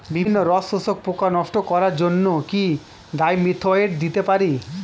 বিভিন্ন রস শোষক পোকা নষ্ট করার জন্য কি ডাইমিথোয়েট দিতে পারি?